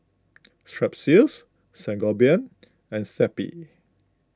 Strepsils Sangobion and Zappy